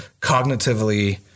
cognitively